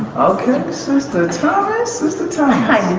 sister thomas. sister thomas. how